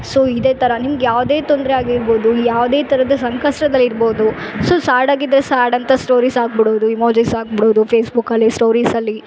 so ಇದೇ ಥರ ನಿಮ್ಗೆ ಯಾವುದೇ ತೊಂದರೆ ಆಗಿರ್ಬೋದು ಯಾವುದೇ ಥರದ ಸಂಕಷ್ಟದಲ್ಲಿ ಇರ್ಬೌದು ಸೊ ಸ್ಯಾಡ್ ಆಗಿದ್ರೆ ಸ್ಯಾಡ್ ಅಂತ ಸ್ಟೋರಿಸ್ ಹಾಕ್ಬಿಡೋದು ಇಮೋಜಿಸ್ ಹಾಕ್ಬಿಡೋದು ಫೇಸ್ಬುಕಲ್ಲಿ ಸ್ಟೋರಿಸಲ್ಲಿ